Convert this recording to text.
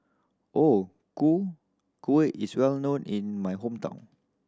O Ku Kueh is well known in my hometown